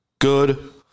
Good